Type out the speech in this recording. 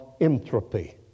entropy